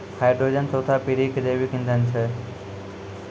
hydrogen चौथा पीढ़ी के जैविक ईंधन छै